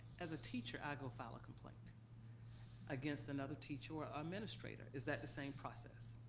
as a teacher i go file a complaint against another teacher or a administrator, is that the same process?